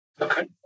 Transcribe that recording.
Okay